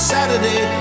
Saturday